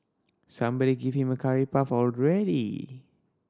somebody give him a curry puff already